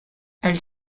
elle